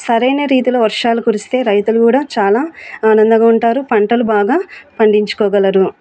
సరైన రీతిలో వర్షాలు కురిస్తే రైతులు కూడా చాలా ఆనందంగా ఉంటారు పంటలు బాగా పండించుకోగలరు